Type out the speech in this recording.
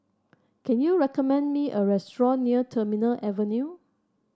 can you recommend me a restaurant near Terminal Avenue